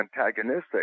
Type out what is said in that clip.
antagonistic